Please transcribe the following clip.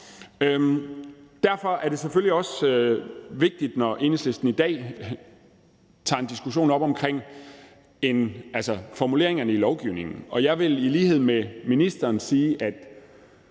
Derfor er det selvfølgelig også vigtigt, at Enhedslisten i dag tager diskussionen om formuleringerne i lovgivningen op. Jeg vil i lighed med ministeren sige, at